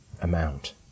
amount